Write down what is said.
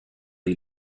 die